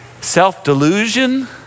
Self-delusion